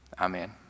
Amen